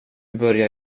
börjar